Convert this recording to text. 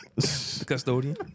Custodian